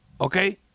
Okay